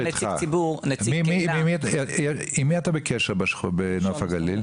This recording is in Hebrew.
עם מי אתה בקשר בנוף הגליל?